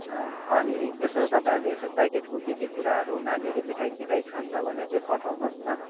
अनि यसो तपाईँहरूले यसो प्याकेटको के के कुराहरू नानीले मिठाई सिठाई खान्छ भने चाहिँ पठाउनुहोस् न